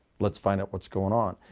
let's find out what's going on.